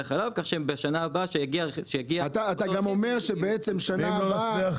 החלב כך שבשנה הבאה כשיגיע אותו רכיב --- ואם לא יצליח,